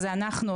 זה אנחנו,